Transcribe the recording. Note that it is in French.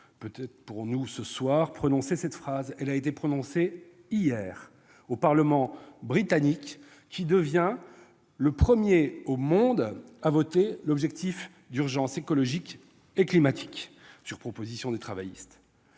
cette phrase en anglais, et pour cause, elle a été prononcée hier au parlement britannique, qui devient le premier au monde à voter l'objectif d'urgence écologique et climatique, sur proposition des travaillistes.